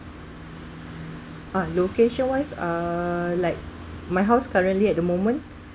uh location wise err like my house currently at the moment